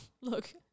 look